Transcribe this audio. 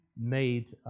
made